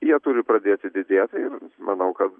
jie turi pradėti didėti ir manau kad